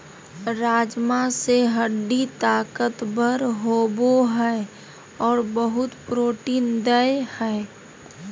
राजमा से हड्डी ताकतबर होबो हइ और बहुत प्रोटीन देय हई